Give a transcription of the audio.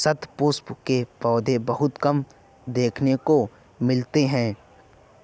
शतपुष्प के पौधे बहुत कम देखने को मिलते हैं